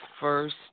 first